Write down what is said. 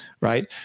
right